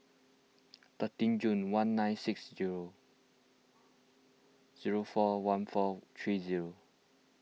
thirteen Jun one nine six zero zero four one four three zero